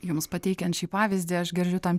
jums pateikiant šį pavyzdį aš girdžiu tam